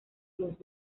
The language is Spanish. los